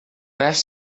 beth